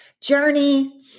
journey